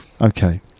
Okay